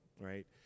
Right